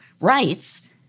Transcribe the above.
rights